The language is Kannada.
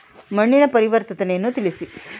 ಮಣ್ಣಿನ ಪರಿವರ್ತನೆಯನ್ನು ತಿಳಿಸಿ?